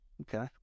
Okay